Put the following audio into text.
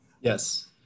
Yes